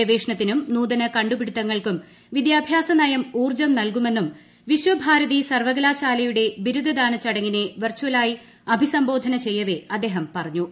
ഗവേഷണത്തിനും നൂതന കണ്ടുപിടുത്തങ്ങൾക്കും വിദ്യാഭ്യാസ നയം ഊർജ്ജം നൽകുമെന്നും വിശ്വഭാരതി സർവ്വകലാശാലയുടെ ബിരുദദാന ചടങ്ങിനെ വെർചലായി അഭിസംബോധന ചെയ്യവെ അദ്ദേഹം പറഞ്ഞു